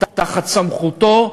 תחת סמכותו,